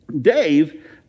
Dave